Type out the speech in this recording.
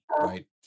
right